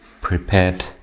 prepared